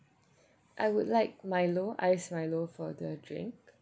I would like milo iced milo for the drink